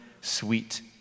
sweet